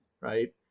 Right